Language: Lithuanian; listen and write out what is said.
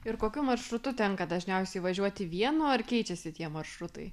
ir kokiu maršrutu tenka dažniausiai važiuoti vienu ar keičiasi tie maršrutai